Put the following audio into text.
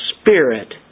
spirit